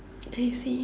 I see